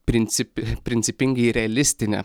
princip principingai realistinę